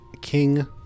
king